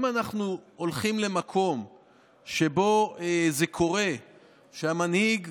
אם אנחנו הולכים למקום שבו קורה שהמנהיג,